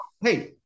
Hey